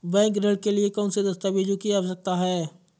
Bank ऋण के लिए कौन से दस्तावेजों की आवश्यकता है?